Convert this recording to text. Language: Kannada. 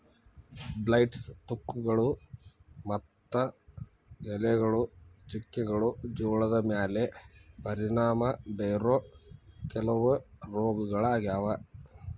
ಬ್ಲೈಟ್ಸ್, ತುಕ್ಕುಗಳು ಮತ್ತು ಎಲೆಗಳ ಚುಕ್ಕೆಗಳು ಜೋಳದ ಮ್ಯಾಲೆ ಪರಿಣಾಮ ಬೇರೋ ಕೆಲವ ರೋಗಗಳಾಗ್ಯಾವ